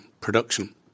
production